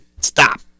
Stop